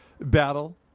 battle